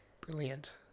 brilliant